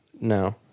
No